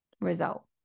result